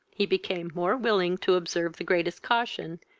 he became more willing to observe the greatest caution,